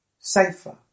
safer